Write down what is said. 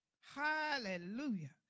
Hallelujah